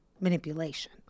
manipulation